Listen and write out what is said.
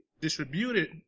distributed